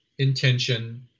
intention